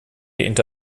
into